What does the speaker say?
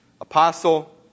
Apostle